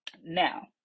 now